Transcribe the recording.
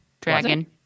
Dragon